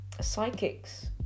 psychics